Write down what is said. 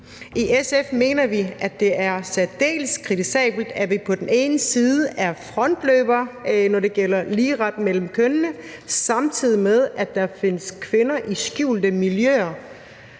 I SF mener vi, at det er særdeles kritisabelt, at vi er frontløbere, når det gælder ligeret mellem kønnene, samtidig med at der findes kvinder i skjulte miljøer,